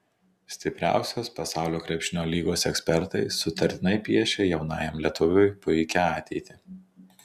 stipriausios pasaulio krepšinio lygos ekspertai sutartinai piešia jaunajam lietuviui puikią ateitį